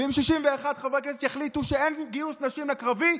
אם 61 חברי הכנסת יחליטו שאין גיוס נשים לקרבי,